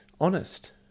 honest